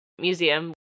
museum